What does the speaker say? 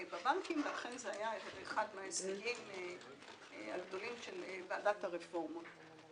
היה אחד מההישגים הגדולים של ועדת הרפורמות.